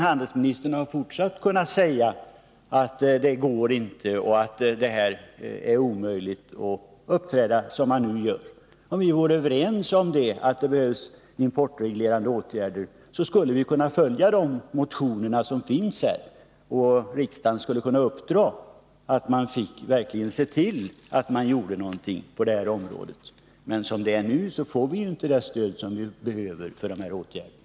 Handelsministern har därför kunnat fortsätta att säga att det inte går, utan att det här är omöjligt, och uppträda så som han nu gör. Om vi däremot vore överens om att importreglerande åtgärder behövs, skulle vi kunna följa yrkandena i de motioner som finns om detta, och riksdagen skulle då kunna uppdra åt regeringen att se till att någonting gjordes på det här området. Som det nu är får vi inte det stöd för de här åtgärderna som skulle behövas.